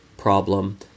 problem